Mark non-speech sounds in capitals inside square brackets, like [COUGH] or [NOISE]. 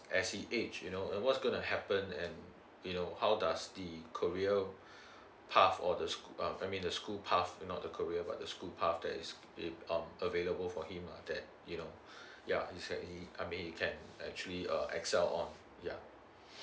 as he age you know uh what's gonna happen and you know how does the career [BREATH] path of the scho~ uh I mean the school path not the career but the school path that is um available for him lah that you know uh yeah actually I mean you can actually uh excel on yeah